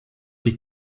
die